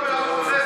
ביטן,